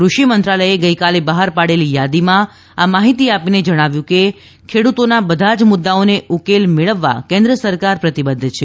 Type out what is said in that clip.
કૃષિ મંત્રાલયે ગઇકાલે બહાર પાડેલી યાદીમાં આ માહિતી આપીને જણાવ્યું છે કે ખેડૂતોના બધા જ મુદ્દાઓને ઉકેલ મેળવવા કેન્દ્ર સરકાર પ્રતિબદ્ધ છે